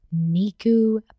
Niku